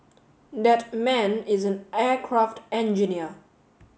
that man is an aircraft engineer